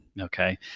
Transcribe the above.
Okay